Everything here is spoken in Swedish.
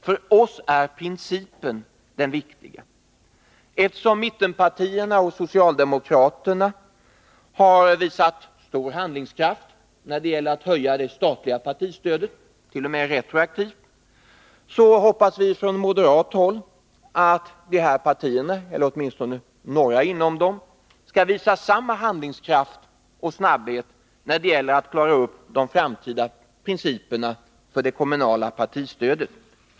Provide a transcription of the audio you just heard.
För oss är principen den viktiga. Eftersom mittenpartierna och socialdemokraterna har visat stor handlingskraft när det gällt att höja det statliga partistödet, t.o.m. retroaktivt, hoppas vi från moderat håll att dessa partier, eller åtminstone några av dem, skall visa samma handlingskraft och snabbhet när det gäller att klara de framtida principerna för det kommunala partistödet.